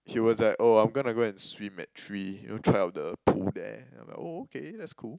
he was like oh I'm gonna go and swim at three you know try out the pool there I'm like oh okay that's cool